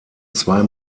zwei